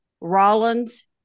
Rollins